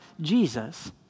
Jesus